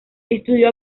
estudió